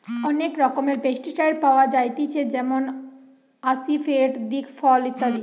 অনেক রকমের পেস্টিসাইড পাওয়া যায়তিছে যেমন আসিফেট, দিকফল ইত্যাদি